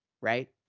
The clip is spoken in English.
right